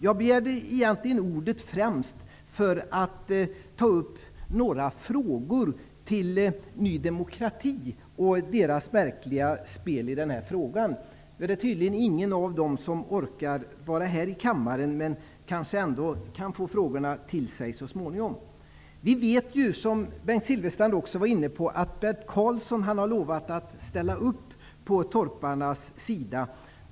Jag begärde främst ordet för att ställa några frågor till Ny demokrati om dess märkliga spel i den här frågan. Nu orkar tydligen ingen av partiets ledamöter vara närvarande i kammaren, men de kan kanske tillställas frågorna så småningom. Precis som Bengt Silfverstrand var inne på, vet vi att Bert Karlsson har lovat att ställa upp på torparnas sida.